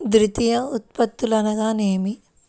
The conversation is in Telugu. ద్వితీయ ఉత్పత్తులు అనగా నేమి?